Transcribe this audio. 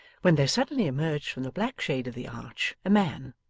when there suddenly emerged from the black shade of the arch, a man.